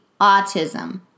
autism